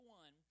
one